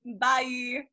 Bye